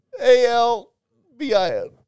A-L-B-I-N